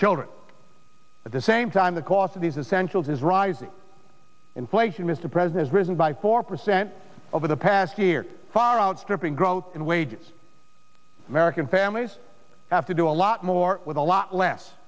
children at the same time the cost of these essentials is rising inflation mr president risen by four percent over the past year far outstripping growth in wages american families have to do a lot more with a lot less